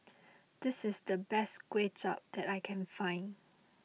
this is the best Kuay Chap that I can find